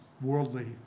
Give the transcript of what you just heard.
worldly